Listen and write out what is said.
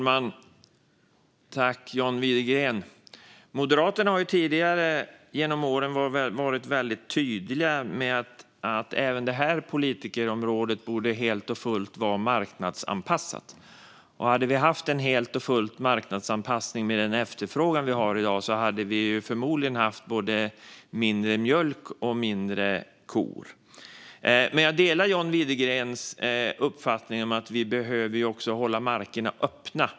Fru talman! Moderaterna har tidigare genom åren varit väldigt tydliga med att även detta politikområde helt och fullt borde vara marknadsanpassat. Hade vi haft en fullständig marknadsanpassning med den efterfrågan vi har i dag hade vi förmodligen haft både mindre mjölk och färre kor. Men jag delar John Widegrens uppfattning att vi behöver hålla markerna öppna.